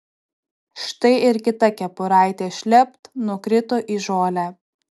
štai ir kita kepuraitė šlept nukrito į žolę